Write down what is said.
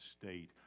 state